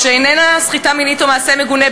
"שאיננה סחיטה מינית או מעשה מגונה,